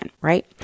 right